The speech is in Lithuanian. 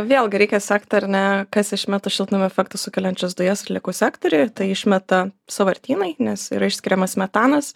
vėlgi reikia sekt ar ne kas išmeta šiltnamio efektą sukeliančias dujas atliekų sektoriuj tai išmeta sąvartynai nes yra išskiriamas metanas